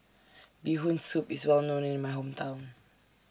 Bee Hoon Soup IS Well known in My Hometown